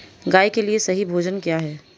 गाय के लिए सही भोजन क्या है?